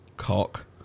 Cock